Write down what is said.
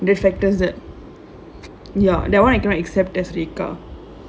the factors that ya that [one] you cannot accept as rekha